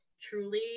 truly